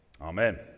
Amen